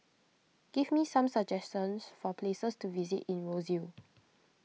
give me some suggestions for places to visit in Roseau